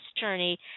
journey